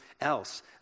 else